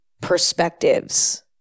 perspectives